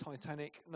Titanic